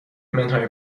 منهای